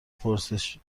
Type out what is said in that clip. پرسش